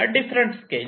different scale